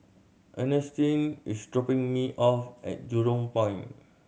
Ernestine is dropping me off at Jurong Point